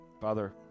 Father